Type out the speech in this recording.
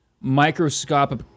microscopic